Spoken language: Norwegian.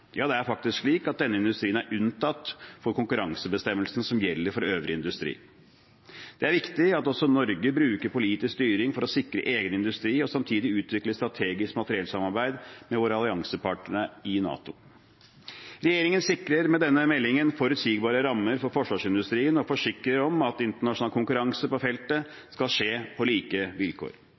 Ja, det er faktisk slik at denne industrien er unntatt konkurransebestemmelsene som gjelder for øvrig industri. Det er viktig at også Norge bruker politisk styring for å sikre egen industri og samtidig utvikle strategisk materiellsamarbeid med våre alliansepartnere i NATO. Regjeringen sikrer med denne meldingen forutsigbare rammer for forsvarsindustrien og forsikrer om at internasjonal konkurranse på feltet skal skje på like vilkår.